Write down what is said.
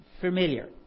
familiar